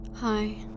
Hi